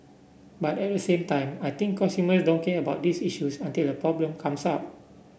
but at the same time I think consumer don't care about these issues until a problem comes up